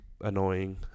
Annoying